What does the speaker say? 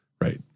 Right